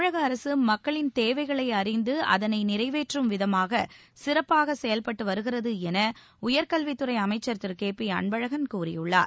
தமிழக அரசு மக்களின் தேவைகளை அறிந்து அதளை நிறைவேற்றும் விதமாக சிறப்பாக செயல்பட்டு வருகிறது என உயர்கல்வித்துறை அமைச்சர் திரு கே பி அன்பழகன் கூறியுள்ளார்